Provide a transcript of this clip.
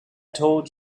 told